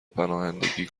پناهندگی